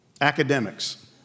academics